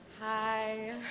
Hi